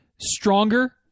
stronger